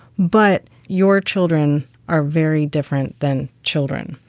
but your children are very different than children,